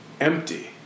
empty